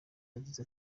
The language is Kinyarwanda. yagize